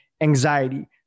Anxiety